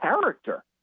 character